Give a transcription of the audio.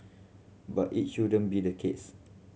but it shouldn't be the case